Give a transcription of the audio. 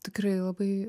tikrai labai